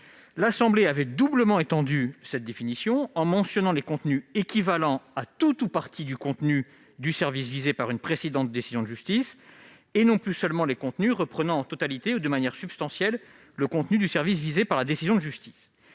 nationale avait doublement étendu la notion de site miroir, en mentionnant les contenus équivalant à tout ou partie du contenu du service visé par une précédente décision de justice, et non plus seulement les contenus reprenant en totalité ou de manière substantielle le contenu du service visé par la décision de justice.